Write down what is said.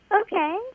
Okay